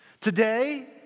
Today